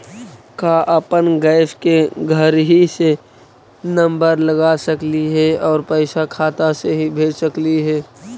का अपन गैस के घरही से नम्बर लगा सकली हे और पैसा खाता से ही भेज सकली हे?